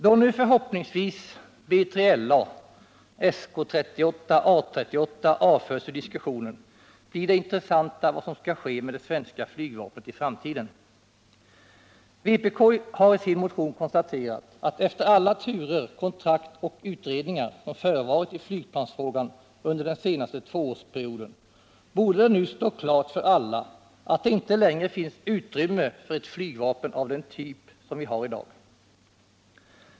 Om nu förhoppningsvis B3LA och SK 38/A 38 avförs ur diskussionen blir det intressant att se vad som skall ske med det svenska flygvapnet i framtiden. Vpk har i sin motion konstaterat att efter alla turer, kontrakt och utredningar som förevarit i flygplansfrågan under den senaste tvåårsperioden borde det nu stå klart för alla att det inte längre finns något utrymme för ett flygplan av den typ som vi har i dag.